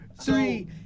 three